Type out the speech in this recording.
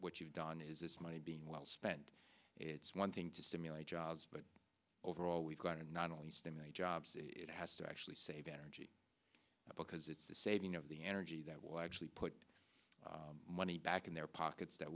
what you've done is this money being well spent it's one thing to stimulate jobs but overall we've got to not only stimulate jobs it has to actually save energy because it's the saving of the energy that will actually put money back in their pockets that